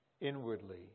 inwardly